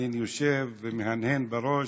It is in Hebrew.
וקנין יושב ומהנהן בראש.